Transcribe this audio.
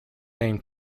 named